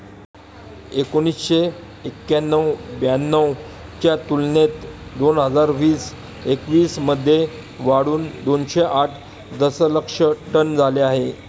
एकोणीसशे एक्क्याण्णव ब्याण्णव च्या तुलनेत दोन हजार वीस एकवीस मध्ये वाढून दोनशे आठ दशलक्ष टन झाले आहे